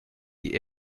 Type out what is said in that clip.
die